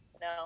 No